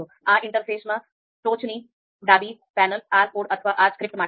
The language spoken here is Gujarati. આ ઇન્ટરફેસમાં ટોચની ડાબી પેનલ R code અથવા R Script માટે છે